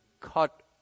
cut